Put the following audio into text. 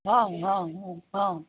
हाँ हाँ हाँ हाँ